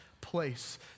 place